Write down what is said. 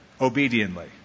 obediently